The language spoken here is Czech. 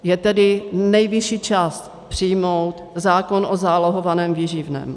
Je tedy nejvyšší čas přijmout zákon o zálohovaném výživném.